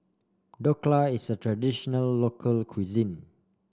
Dhokla is a traditional local cuisine